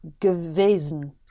gewesen